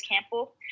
Campbell